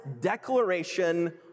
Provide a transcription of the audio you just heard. declaration